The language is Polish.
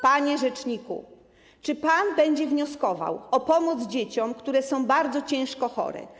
Panie rzeczniku, czy pan będzie wnioskował o pomoc dzieciom, które są bardzo ciężko chore?